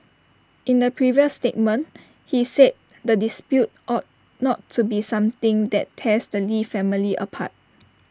in the previous statement he said the dispute ought not to be something that tears the lee family apart